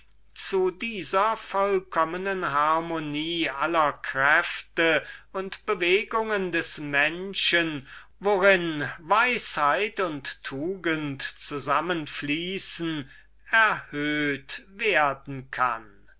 zu dieser vollkommnen harmonie aller kräfte und bewegungen des menschen worin weisheit und tugend in einem punkt zusammenfließen erhöht werden kann